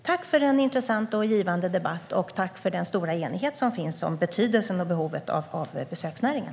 Tack för en intressant och givande debatt och den stora enighet som finns om betydelsen och behovet av besöksnäringen!